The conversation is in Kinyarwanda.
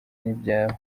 n’ibyabo